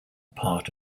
part